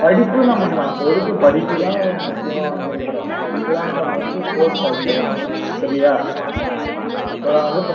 படிப்பு நம்ப நமக்கு எதுக்கு படிப்புதான் முக்கியமாக வந்திருக்குறோம் படிப்புதான் நமக்கு ஃபஸ்ட்டு ஸ்போர்ட்ஸ் செகண்டுதான் சரியா அப்புறம் வந்து